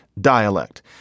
dialect